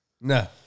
No